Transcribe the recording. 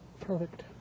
Perfect